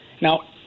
Now